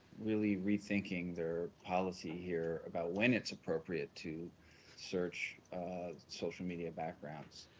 really rethinking their policy here about when it's appropriate to search social media backgrounds,